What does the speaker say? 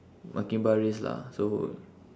monkey bar race lah so